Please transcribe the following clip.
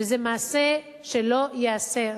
וזה מעשה שלא ייעשה.